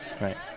right